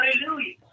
Hallelujah